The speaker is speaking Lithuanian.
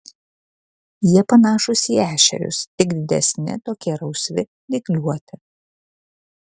jie panašūs į ešerius tik didesni tokie rausvi dygliuoti